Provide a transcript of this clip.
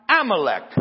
Amalek